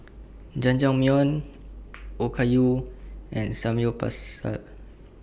Jajangmyeon Okayu and Samgyeopsal